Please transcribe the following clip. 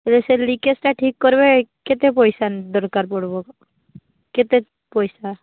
ଏବେ ସେ ଲିକେଜ୍ଟା ଠିକ୍ କରିବେ କେତେ ପଇସା ଦରକାର ପଡ଼୍ବ କେତେ ପଇସା